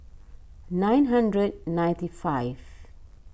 nine hundred ninety five